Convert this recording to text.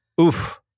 Oof